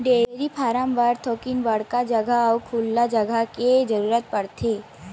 dairy farm बर थोकिन बड़का जघा अउ खुल्ला जघा के जरूरत परथे